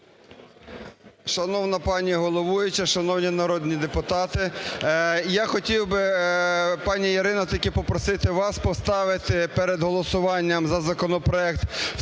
Шановна пані головуюча! Шановні народні депутати! Я хотів би, пані Ірино, тільки попросити вас поставити перед голосуванням за законопроект